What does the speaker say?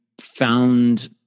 found